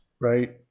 right